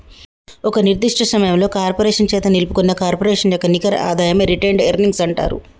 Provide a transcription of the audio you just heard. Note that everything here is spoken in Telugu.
ఒక నిర్దిష్ట సమయంలో కార్పొరేషన్ చేత నిలుపుకున్న కార్పొరేషన్ యొక్క నికర ఆదాయమే రిటైన్డ్ ఎర్నింగ్స్ అంటరు